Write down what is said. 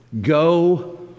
Go